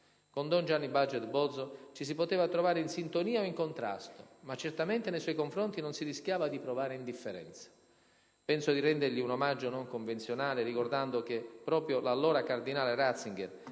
Con don Gianni Baget Bozzo ci si poteva trovare in sintonia o in contrasto, ma certamente nei suoi confronti non si rischiava di provare indifferenza. Penso di rendergli un omaggio non convenzionale ricordando che proprio l'allora cardinale Ratzinger